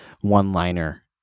one-liner